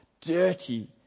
dirty